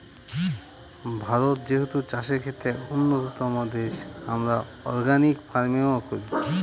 ভারত যেহেতু চাষের ক্ষেত্রে এক উন্নতম দেশ, আমরা অর্গানিক ফার্মিং ও করি